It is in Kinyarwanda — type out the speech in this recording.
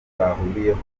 bahuriyeho